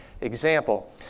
example